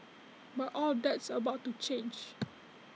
but all that's about to change